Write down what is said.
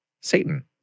Satan